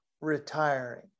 retiring